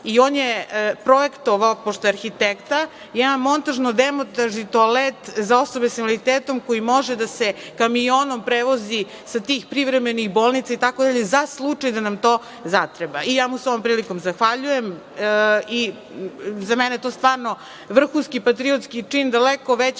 i on je projektovao, pošto je arhitekta, jedan montažno-demontažni toalet za osobe sa invaliditetom koji može da se kamionom prevozi sa tih privremenih bolnica, za slučaj da nam to zatreba. Ja mu se ovom prilikom zahvaljujem. Za mene je to stvarno vrhunski patriotski čin, daleko veći